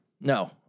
No